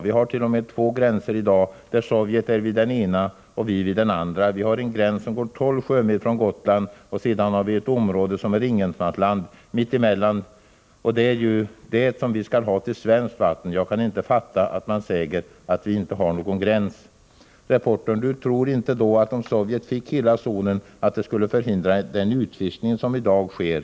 Vi har t.o.m. två gränser i dag, där Sovjet är vid den ena och vi vid den andra. Vi har en gräns som går 12 mil ifrån Gotland, och sedan har vi ett område som är ingenmansland mitt emellan, och det är ju det som vi skall ha till svenskt vatten. Jag kan inte fatta att man säger att vi inte har någon gräns i dag. Reportern: Du tror inte då att om Sovjet fick hela zonen, att det skulle förhindra den utfiskning som i dag sker?